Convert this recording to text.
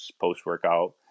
post-workout